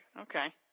Okay